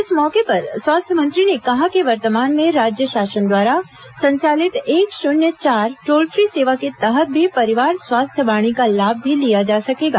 इस मौके पर स्वास्थ्य मंत्री ने कहा कि वर्तमान में राज्य शासन द्वारा संचालित एक शून्य चार टोल फ्री सेवा के तहत भी परिवार स्वास्थ्य वाणी का लाभ भी लिया जा सकेगा